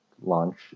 launch